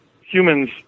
humans